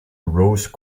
rose